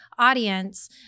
audience